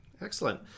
excellent